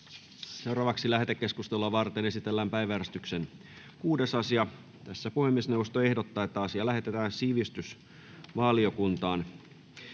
Content: Lähetekeskustelua varten esitellään päiväjärjestyksen 9. asia. Puhemiesneuvosto ehdottaa, että asia lähetetään lakivaliokuntaan.